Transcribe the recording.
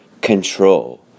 control